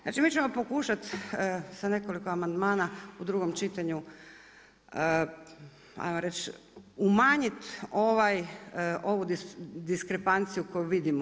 Znači, mi ćemo pokušati sa nekoliko amandmana u drugom čitanju hajmo reći umanjiti ovu diskrepanciju koju vidimo.